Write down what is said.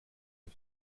use